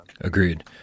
Agreed